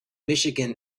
michigan